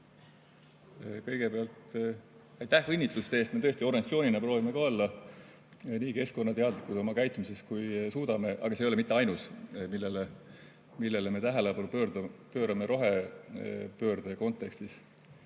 Kõigepealt aitäh õnnitluste eest! Me tõesti organisatsioonina proovime ka olla nii keskkonnateadlikud oma käitumises, kui suudame. Aga see ei ole mitte ainus, millele me tähelepanu pöörame rohepöörde kontekstis.